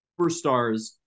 superstars